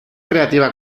creativa